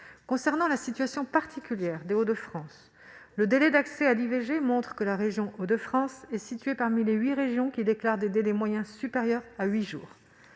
Concernant la situation particulière des Hauts-de-France, le délai d'accès à l'IVG montre que cette région se situe parmi les huit qui déclarent des délais moyens supérieurs à huit jours.